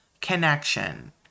connection